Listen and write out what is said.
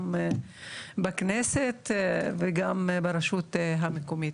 גם בכנסת וגם ברשות המקומית.